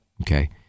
Okay